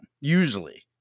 Usually